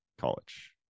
college